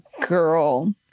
girl